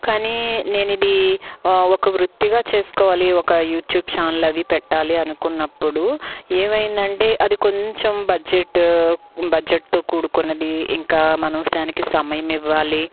కానీ నేను ఇది ఒక వృత్తిగా చేసుకోవాలి ఒక యూట్యూబ్ ఛానల్ అవి పెట్టాలి అనుకున్నప్పుడు ఏమైందంటే అది కొంచెం బడ్జెట్టు బడ్జెట్తో కూడుకున్నది ఇంకా మనం దానికి సమయం ఇవ్వాలి